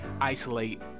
isolate